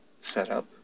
setup